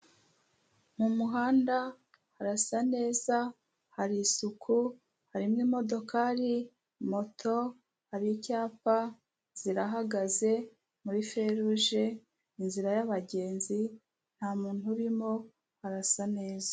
Mu muhanda harasa neza hari isuku harimo imodokari, moto, hari icyapa zirahagaze muri feroje inzira y'abagenzi nta muntu urimo, harasa neza.